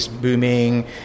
booming